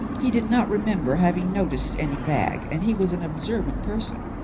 he did not remember having noticed any bag, and he was an observant person.